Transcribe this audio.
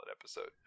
episode